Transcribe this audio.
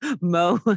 Mo